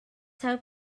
hope